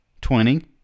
Twenty